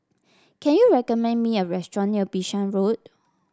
can you recommend me a restaurant near Bishan Road